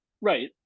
Right